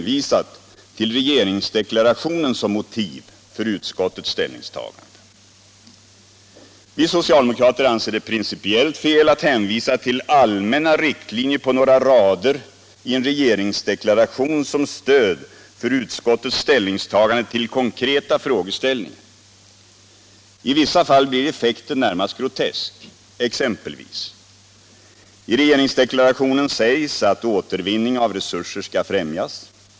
Vi socialdemokrater anser det principiellt fel att hänvisa till allmänna riktlinjer på några rader i en regeringsdeklaration som stöd för utskottets ställningstagande till konkreta frågeställningar. I vissa fall blir effekten närmast grotesk. Exempelvis: I regeringsdeklarationen sägs att återvinning av resurser skall främjas.